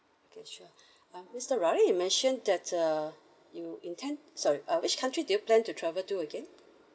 okay sure uh mister ravi you mentioned that uh you intend sorry uh which country do you plan to travel to again